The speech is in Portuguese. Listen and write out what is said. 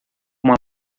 uma